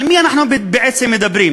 על מי אנחנו בעצם מדברים,